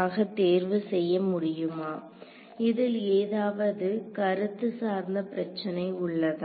ஆக தேர்வு செய்ய முடியுமா இதில் ஏதாவது கருத்து சார்ந்த பிரச்சனை உள்ளதா